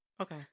okay